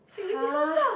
!huh!